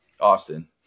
Austin